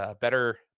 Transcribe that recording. better